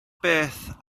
beth